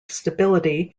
stability